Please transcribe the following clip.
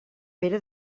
pere